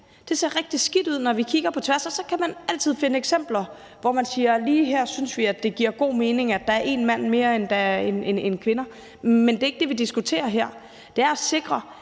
Det ser rigtig skidt ud, når vi kigger på tværs af det. Så kan man altid finde eksempler på, at man kan sige: Lige her synes vi, at det giver god mening, at der er en mand mere, end der er kvinder. Men det er ikke det, vi diskuterer her. Det er at sikre,